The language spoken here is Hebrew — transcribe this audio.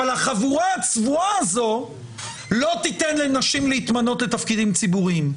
החבורה הצבועה הזו לא תיתן לנשים להתמנות לתפקידים ציבוריים.